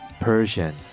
Persian